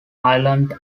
ireland